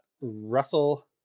Russell